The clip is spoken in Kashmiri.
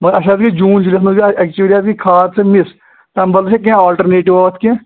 مگر اَسہِ حظ گٔے جوٗن جُلائی یَس منٛز گٔے اَسہِ ایکچُؤلی حظ گٔے کھاد اَسہِ مِس تَمہِ بدلہٕ چھا کیٚنٛہہ آلٹرنیٚٹِو اَتھ کیٚنٛہہ